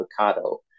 avocado